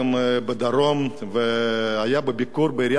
והיה בביקור בעיריית אופקים מתן וילנאי,